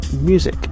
music